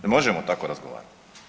Jel možemo tako razgovarati?